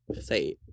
say